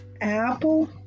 Apple